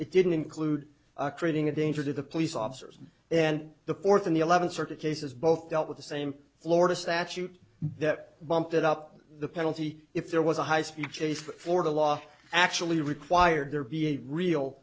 it didn't include creating a danger to the police officers and the fourth in the eleventh circuit cases both dealt with the same florida statute that bumped it up the penalty if there was a high speed chase for the law actually required there be a real